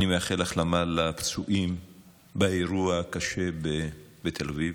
אני מאחל החלמה לפצועים באירוע הקשה בתל אביב,